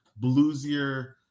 bluesier